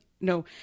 no